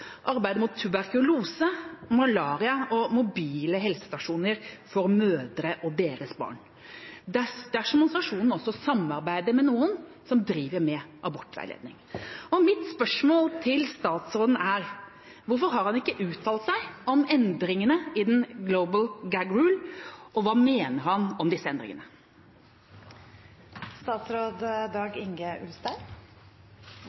arbeidet mot tuberkulose og malaria, og mobile helsestasjoner for mødre og deres barn – dersom organisasjonen også samarbeider med noen som driver med abortveiledning. Mitt spørsmål til statsråden er: Hvorfor har han ikke uttalt seg om endringene innen «global gag rule», og hva mener han om disse